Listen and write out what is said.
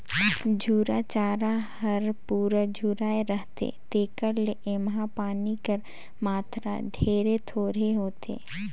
झूरा चारा हर पूरा झुराए रहथे तेकर ले एम्हां पानी कर मातरा ढेरे थोरहें होथे